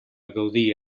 gaudir